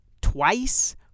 twice